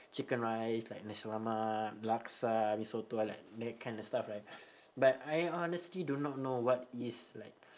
chicken rice like nasi lemak laksa mee soto like that kind of stuff right but I honestly do not know what is like